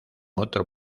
otro